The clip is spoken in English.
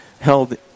held